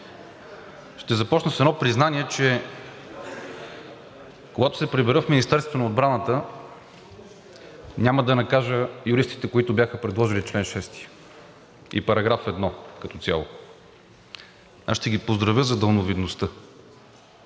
Ще започна с едно признание, че когато се прибера в Министерството на отбраната, няма да накажа юристите, които бяха предложили чл. 6 и § 1 като цяло, а ще ги поздравя за далновидността.